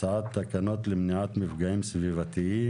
הצעת תקנות למניעת מפגעים סביבתיים